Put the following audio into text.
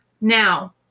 Now